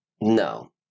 No